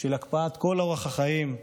של הקפאת כל אורח החיים.